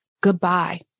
goodbye